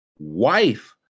wife